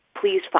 please